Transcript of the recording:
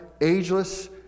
ageless